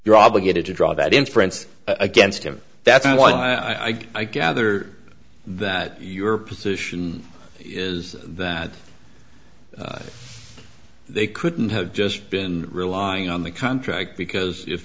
you're obligated to draw that inference against him that's one i gather that your position is that they couldn't have just been relying on the contract because if